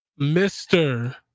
Mr